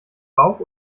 bauch